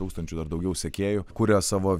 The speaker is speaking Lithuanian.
tūkstančių ar daugiau sekėjų kuria savo